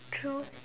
true